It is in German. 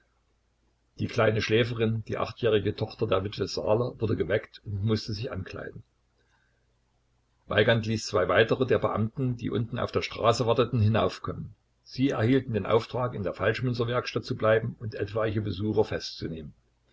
die kleine schläferin die achtjährige tochter der witwe saaler wurde geweckt und mußte sich ankleiden weigand ließ zwei weitere der beamten die unten auf der straße warteten hinaufkommen sie erhielten den auftrag in der falschmünzerwerkstatt zu bleiben und etwaige besucher festzunehmen